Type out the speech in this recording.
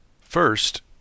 First